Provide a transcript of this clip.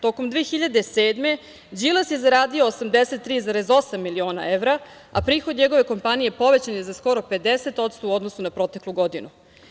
Tokom 2007. godine Đilas je zaradio 83,8 miliona evra, a prihod njegove kompanije povećan je za skoro 50% u odnosu na proteklu godinu.